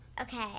Okay